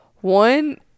one